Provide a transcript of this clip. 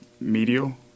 medial